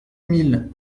mille